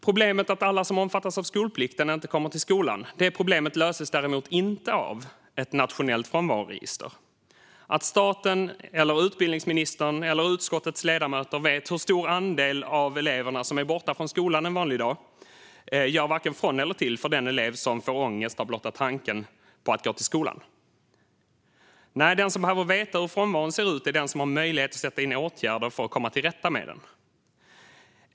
Problemet att alla som omfattas av skolplikten inte kommer till skolan löses däremot inte av ett nationellt frånvaroregister. Att staten, utbildningsministern eller utskottets ledamöter vet hur stor andel av eleverna som är borta från skolan en vanlig dag gör varken från eller till för den elev som får ångest av blotta tanken på att gå till skolan. Den som behöver veta hur frånvaron ser ut är i stället den som har möjlighet att sätta in åtgärder för att komma till rätta med den.